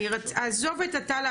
עזוב את עטאללה,